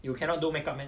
you cannot do make up